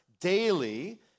daily